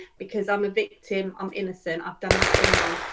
because i'm a victim. i'm innocent. i've done nothing wrong,